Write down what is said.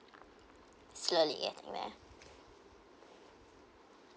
slowly getting there